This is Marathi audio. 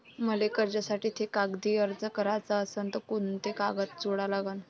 मले कर्जासाठी थे कागदी अर्ज कराचा असन तर कुंते कागद जोडा लागन?